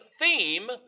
theme